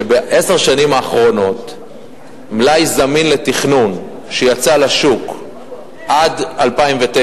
שבעשר השנים האחרונות מלאי זמין לתכנון שיצא לשוק עד 2009,